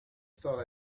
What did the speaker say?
thought